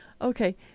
Okay